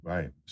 Right